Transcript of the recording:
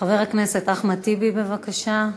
חבר הכנסת אחמד טיבי, בבקשה,